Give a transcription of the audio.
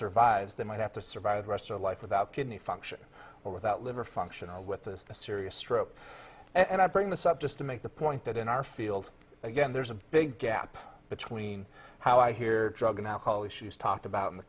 survives they might have to survive a dress or a life without kidney function or without liver function or with this a serious stroke and i bring this up just to make the point that in our field again there's a big gap between how i hear drug and alcohol issues talked about in the